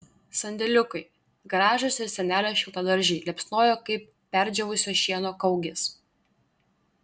sandėliukai garažas ir senelio šiltadaržiai liepsnojo kaip perdžiūvusio šieno kaugės